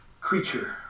Creature